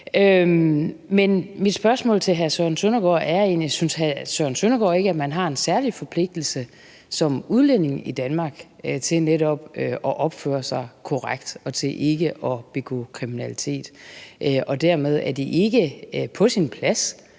Synes hr. Søren Søndergaard ikke, at man har en særlig forpligtigelse som udlænding i Danmark til netop at opføre sig korrekt og til ikke at begå kriminalitet? Og dermed: Er det ikke på sin plads